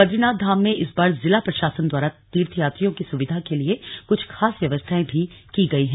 बद्रीनाथ धाम में इस बार जिला प्रशासन द्वारा तीर्थयात्रियों की सुविधा के लिए कुछ खास व्यवस्थाएं भी की गई है